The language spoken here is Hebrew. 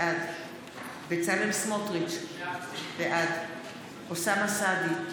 בעד בצלאל סמוטריץ' בעד אוסאמה סעדי,